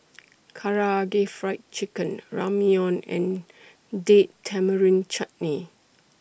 Karaage Fried Chicken Ramyeon and Date Tamarind Chutney